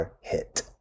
hit